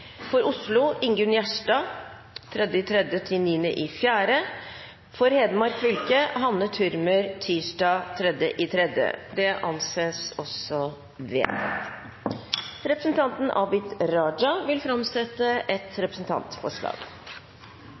For Oslo: Ingunn Gjerstad fra 3. mars til 9. april For Telemark fylke: Hanne Thürmer tirsdag 3. mars – Det anses vedtatt. Representanten Abid Q. Raja vil framsette et representantforslag.